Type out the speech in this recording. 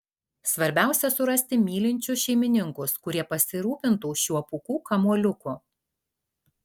svarbiausia surasti mylinčius šeimininkus kurie pasirūpintų šiuo pūkų kamuoliuku